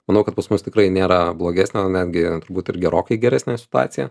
manau kad pas mus tikrai nėra blogesnė o netgi turbūt ir gerokai geresnė situacija